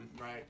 Right